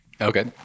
okay